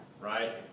Right